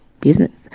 business